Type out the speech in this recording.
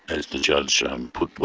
as the judge um put